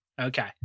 Okay